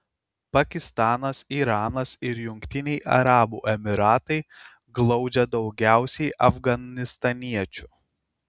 pakistanas iranas ir jungtiniai arabų emyratai glaudžia daugiausiai afganistaniečių